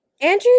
Andrew